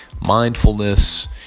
mindfulness